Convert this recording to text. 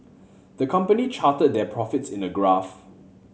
the company charted their profits in a graph